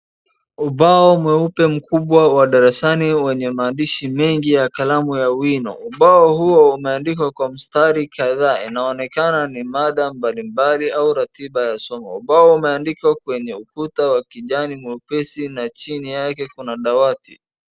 Ubao mweupe mkubwa wa darasani, wenye maandishi mengi ya kalamu ya wino. Ubao huo umeandikwa kwa mstari kadhaa, unaonekana ni mada mbalimbali au ratiba ya somo. Ubao umeandikwa kwenye ukuta wa kijani mwepesi na chini yake kuna dawati.